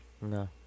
No